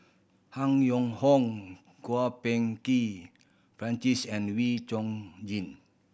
Han Yong Hong Kwok Peng Kin Francis and Wee Chong Jin